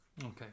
Okay